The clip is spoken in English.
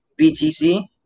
BTC